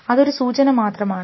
അതൊരു ഒരു സൂചന മാത്രമാണ്